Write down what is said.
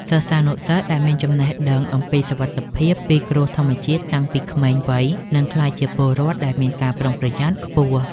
សិស្សានុសិស្សដែលមានចំណេះដឹងអំពីសុវត្ថិភាពពីគ្រោះធម្មជាតិតាំងពីក្មេងវ័យនឹងក្លាយជាពលរដ្ឋដែលមានការប្រុងប្រយ័ត្នខ្ពស់។